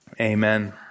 Amen